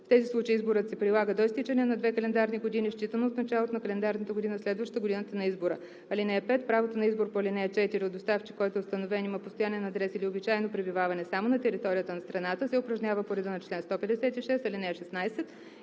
В тези случаи изборът се прилага до изтичане на две календарни години считано от началото на календарната година, следваща годината на избора. (5) Правото на избор по ал. 4 от доставчик, който е установен, има постоянен адрес или обичайно пребиваване само на територията на страната, се упражнява по реда на чл. 156, ал. 16